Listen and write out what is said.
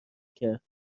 کرد